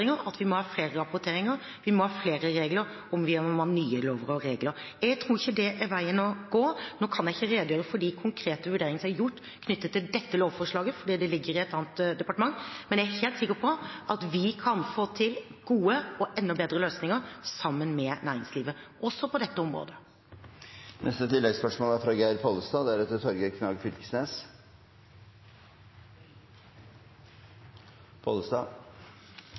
at vi må ha flere rapporteringer, vi må ha flere regler, og vi må ha nye lover og regler. Jeg tror ikke det er veien å gå. Nå kan jeg ikke redegjøre for de konkrete vurderinger som er gjort knyttet til dette lovforslaget, fordi det ligger i et annet departement, men jeg er helt sikker på at vi kan få til gode og enda bedre løsninger sammen med næringslivet også på dette